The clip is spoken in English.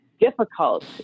difficult